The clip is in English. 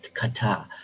Qatar